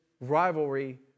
rivalry